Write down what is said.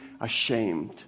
ashamed